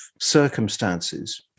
circumstances